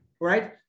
right